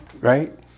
right